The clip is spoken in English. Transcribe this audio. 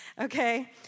Okay